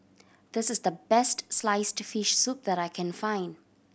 this is the best sliced fish soup that I can find